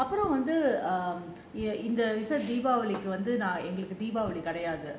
அப்புறம் வந்து இந்த வருஷம்:appuram vanthu intha varusham deepavali க்கு வந்து எங்களுக்கு:kku vanthu engalakku deepavali கிடையாது:kidaiyaathu